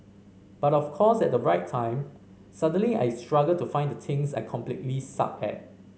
but of course at right time suddenly I struggle to find the things I completely suck at